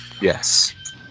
Yes